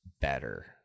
better